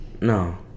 No